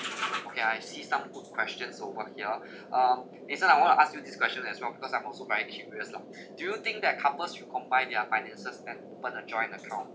okay I see some good questions over here um eason I want to ask you this question as well because I'm also very curious lah do you think that couples should combine their finances and open a joint account